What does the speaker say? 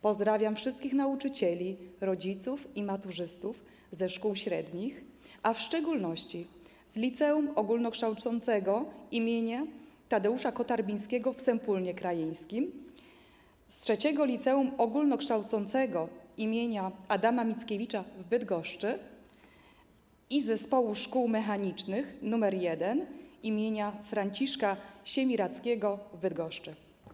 Pozdrawiam wszystkich nauczycieli, rodziców i maturzystów ze szkół średnich, a w szczególności z Liceum Ogólnokształcącego im. Tadeusza Kotarbińskiego w Sępólnie Krajeńskim, z III Liceum Ogólnokształcącego im. Adama Mickiewicza w Bydgoszczy i Zespołu Szkół Mechanicznych nr 1 im. Franciszka Siemiradzkiego w Bydgoszczy.